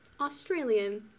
Australian